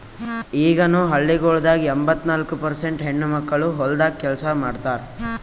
ಈಗನು ಹಳ್ಳಿಗೊಳ್ದಾಗ್ ಎಂಬತ್ತ ನಾಲ್ಕು ಪರ್ಸೇಂಟ್ ಹೆಣ್ಣುಮಕ್ಕಳು ಹೊಲ್ದಾಗ್ ಕೆಲಸ ಮಾಡ್ತಾರ್